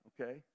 Okay